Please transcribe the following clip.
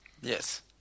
Yes